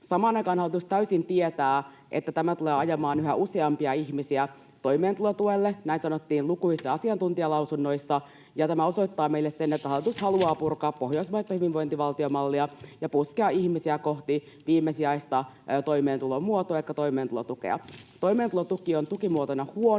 Samaan aikaan hallitus täysin tietää, että tämä tulee ajamaan yhä useampia ihmisiä toimeentulotuelle. Näin sanottiin lukuisissa asiantuntijalausunnoissa. Tämä osoittaa meille sen, että hallitus haluaa purkaa pohjoismaista hyvinvointivaltiomallia ja puskea ihmisiä kohti viimesijaista toimeentulomuotoa elikkä toimeentulotukea. Toimeentulotuki on tukimuotona huono.